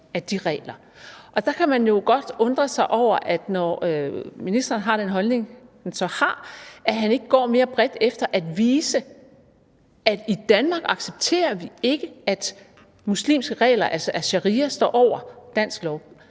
og der kan man jo godt undre sig over, at ministeren, når han har den holdning, han så har, ikke går mere bredt efter at vise, at vi i Danmark ikke accepterer, at muslimske regler, altså sharia, står over dansk lov.